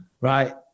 right